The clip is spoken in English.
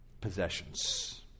possessions